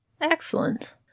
Excellent